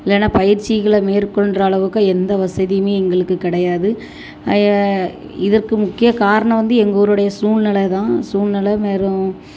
இல்லைனா பயிற்சிகளை மேற்கொள்கிற அளவுக்கோ எந்த வசதியுமே எங்களுக்கு கிடையாது இதற்கு முக்கிய காரணம் வந்து எங்க ஊருனுடைய சூழ்நிலை தான் சூழ்நிலை மேலும்